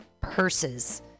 purses